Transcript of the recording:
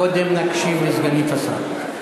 קודם נקשיב לגברתי סגנית השר.